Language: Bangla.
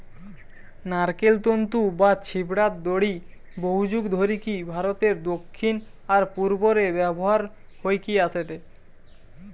নারকেল তন্তু বা ছিবড়ার দড়ি বহুযুগ ধরিকি ভারতের দক্ষিণ আর পূর্ব রে ব্যবহার হইকি অ্যাসেটে